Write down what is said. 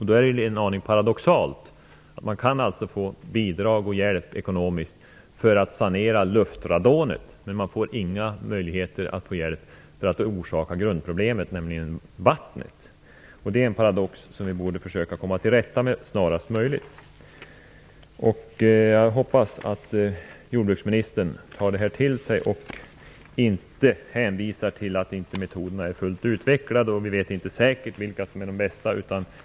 Då är det en aning paradoxalt att man kan få bidrag och ekonomisk hjälp för att sanera luftradonet, men det finns ingen möjlighet att få hjälp med det som förorsakar grundproblemet, nämligen vattnet. Det är en paradox som vi borde försöka komma till rätta med snarast möjligt. Jag hoppas att jordbruksministern tar det här till sig och inte hänvisar till att metoderna inte är fullt utvecklade och att vi inte säkert vet vilka som är de bästa.